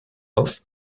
offs